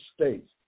states